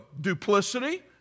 Duplicity